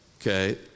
okay